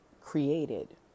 created